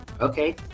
okay